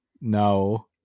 No